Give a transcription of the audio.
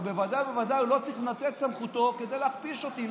אבל בוודאי ובוודאי הוא לא צריך לנצל את סמכותו כדי להכפיש אותי.